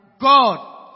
God